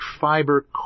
fiber